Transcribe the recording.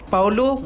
Paulo